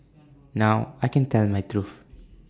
now I can tell my truth